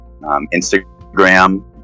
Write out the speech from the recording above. Instagram